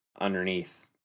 underneath